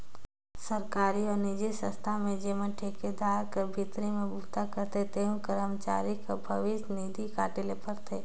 सरकारी अउ निजी संस्था में जेमन ठिकादार कर भीतरी में बूता करथे तेहू करमचारी कर भविस निधि काटे ले परथे